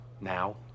now